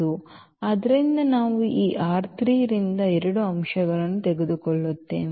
ಆದ್ದರಿಂದ ನಾವು ಈ ರಿಂದ ಎರಡು ಅಂಶಗಳನ್ನು ತೆಗೆದುಕೊಳ್ಳುತ್ತೇವೆ